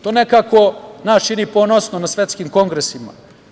To nekako nas čini ponosnim na svetskim kongresima.